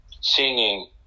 singing